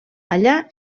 allà